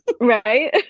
Right